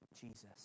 Jesus